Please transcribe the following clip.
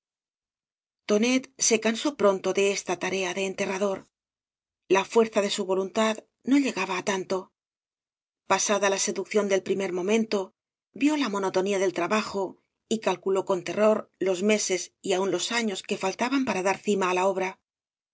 se cansó pronto de esta tarea de enterrador la fuerza de su voluntad no llegaba á tanto pasada la aeduccíón del primer momento vio la mosotonia del trabajo y calculó con terror los meses y aun los años que faltaban para dar cima á la obra